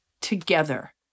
together